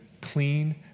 clean